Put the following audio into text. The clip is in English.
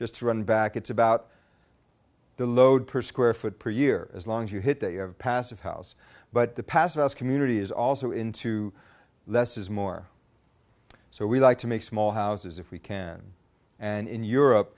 just run back it's about the load per square foot per year as long as you hit that you have passive house but the passive house community is also into less is more so we like to make small houses if we can and in europe